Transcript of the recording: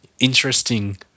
interesting